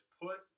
put